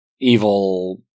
evil